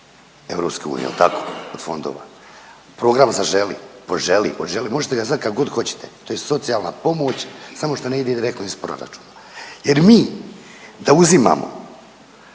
EU jel tako, od fondova. Program Zaželi, poželi možete ga zvati kako god hoćete to je socijalna pomoć samo što ne ide direktno iz proračuna jer mi da uzimamo